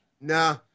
Nah